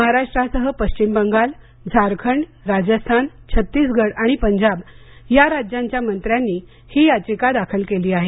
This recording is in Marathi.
महाराष्ट्रासह पश्चिम बंगाल झारखंड राजस्थान छत्तीसगढ आणि पंजाब या राज्यांच्या मंत्र्यांनी ही याचिका दाखल केली आहे